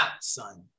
son